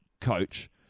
coach